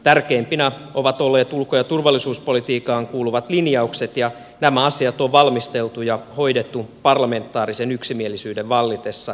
tärkeimpinä ovat olleet ulko ja turvallisuuspolitiikkaan kuuluvat linjaukset ja nämä asiat on valmisteltu ja hoidettu parlamentaarisen yksimielisyyden vallitessa